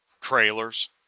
trailers